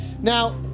Now